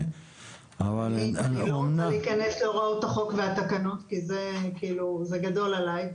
אני לא רוצה להיכנס להוראות החוק והתקנות כי זה גדול עלי,